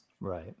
Right